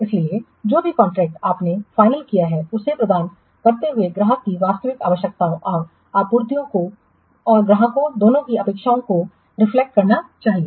इसलिए जो भी कॉन्ट्रैक्ट आपने फाइनल किया है उसे प्रदान करते हुए ग्राहक की वास्तविक आवश्यकताओं और आपूर्तिकर्ताओं और ग्राहकों दोनों की अपेक्षाओं को रिफ्लेक्ट करना चाहिए